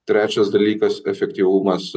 trečias dalykas efektyvumas